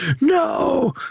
no